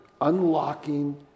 unlocking